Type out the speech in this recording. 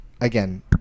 again